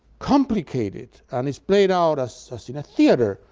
complicated, and is played out as as in a theater,